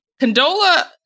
Condola